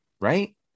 right